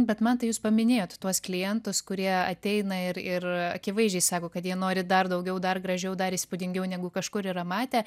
bet mantai jūs paminėjot tuos klientus kurie ateina ir ir akivaizdžiai sako kad jie nori dar daugiau dar gražiau dar įspūdingiau negu kažkur yra matę